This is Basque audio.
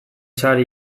sari